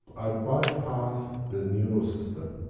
i bypass the neural system.